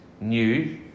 new